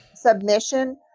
submission